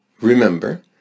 remember